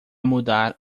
mudar